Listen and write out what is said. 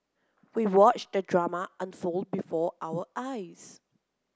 we watched the drama unfold before our eyes